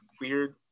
weird